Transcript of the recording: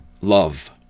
love